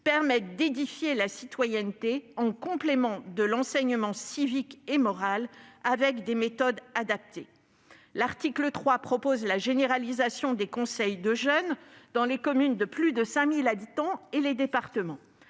permettront d'édifier la citoyenneté, en complément de l'enseignement civique et moral, et avec des méthodes adaptées. L'article 3 prévoit la généralisation des conseils de jeunes dans les communes de plus de 5 000 habitants et dans les départements.